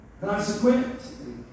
Consequently